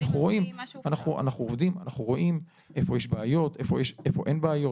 אנחנו רואים איפה יש בעיות, איפה אין בעיות.